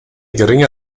geringe